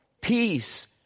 peace